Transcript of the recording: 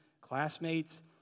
classmates